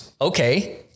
okay